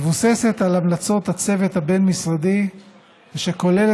שמבוססת על המלצות הצוות הבין-משרדי וכוללת